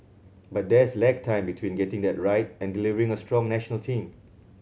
but there's lag time between getting that right and delivering a strong national team